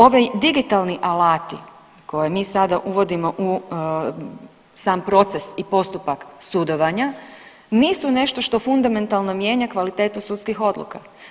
Ovi digitalni alati koje mi sada uvodimo u sam proces i postupak sudovanja nisu nešto što fundamentalno mijenja kvalitetu sudskih odluka.